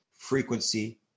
frequency